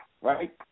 right